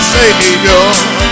Savior